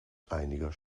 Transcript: einiger